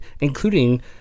including